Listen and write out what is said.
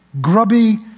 grubby